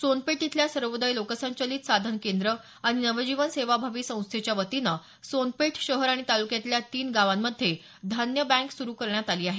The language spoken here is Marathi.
सोनपेठ इथल्या सर्वोदय लोकसंचालित साधन केंद्र आणि नवजीवन सेवाभावी संसथेच्या वतीनं सोनपेठ शहर आणि तालुक्यातल्या तीन गावांमध्ये धान्य बँक सुरू करण्यात आली आहे